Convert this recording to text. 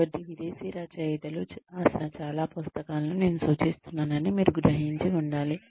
కాబట్టి విదేశీ రచయితలు రాసిన చాలా పుస్తకాలను నేను సూచిస్తున్నానని మీరు గ్రహించి ఉండాలి